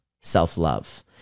self-love